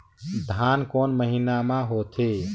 धान कोन महीना मे होथे?